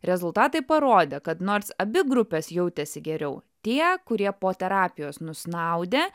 rezultatai parodė kad nors abi grupės jautėsi geriau tie kurie po terapijos nusnaudė